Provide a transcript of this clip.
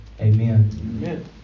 Amen